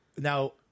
Now